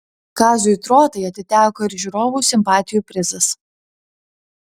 kaziui trotai atiteko ir žiūrovų simpatijų prizas